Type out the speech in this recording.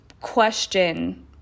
question